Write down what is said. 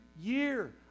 year